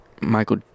Michael